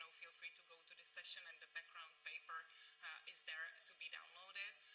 feel free to go to the session and the background paper is there to be downloaded.